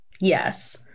yes